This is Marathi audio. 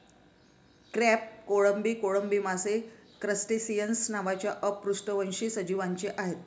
क्रॅब, कोळंबी, कोळंबी मासे क्रस्टेसिअन्स नावाच्या अपृष्ठवंशी सजीवांचे आहेत